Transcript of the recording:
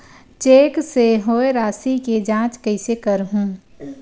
Cheque से होए राशि के जांच कइसे करहु?